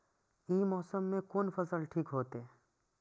ई मौसम में कोन फसल ठीक होते?